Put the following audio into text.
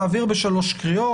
נעביר בשלוש קריאות.